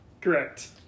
Correct